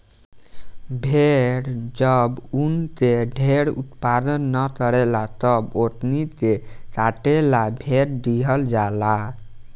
भेड़ जब ऊन के ढेर उत्पादन न करेले तब ओकनी के काटे ला भेज दीहल जाला